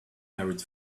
married